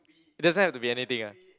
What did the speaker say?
it doesn't have to be anything ah